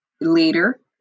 later